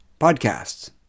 podcasts